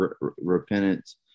repentance